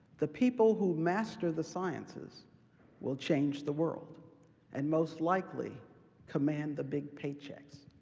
the people who master the sciences will change the world and most likely command the big paychecks.